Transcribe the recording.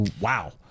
wow